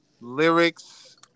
lyrics